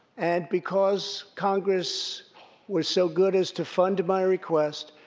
and because congress was so good as to fund my request,